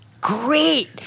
great